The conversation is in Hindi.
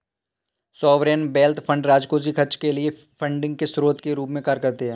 सॉवरेन वेल्थ फंड राजकोषीय खर्च के लिए फंडिंग के स्रोत के रूप में कार्य करते हैं